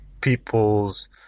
people's